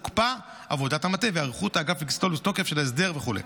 הוקפאה עבודת המטה והיערכות האגף לכניסתו לתוקף של ההסדר וכו'.